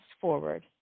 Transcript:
forward